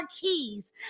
keys